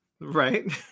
Right